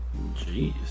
Jeez